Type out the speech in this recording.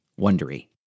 Wondery